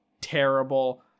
terrible